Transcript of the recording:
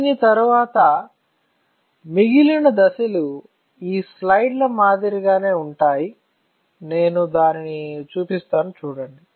దీని తరువాత మిగిలిన దశలు ఈ స్లైడ్ల మాదిరిగానే ఉంటాయి నేను దానిని చూపిస్తాను చూడండి